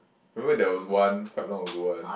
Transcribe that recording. remember there was one quite long ago one